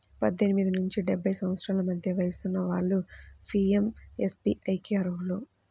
పద్దెనిమిది నుండి డెబ్బై సంవత్సరాల మధ్య వయసున్న వాళ్ళు పీయంఎస్బీఐకి అర్హులు